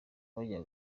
bajya